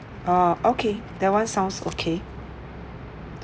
ah okay that one sounds okay